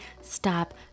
stop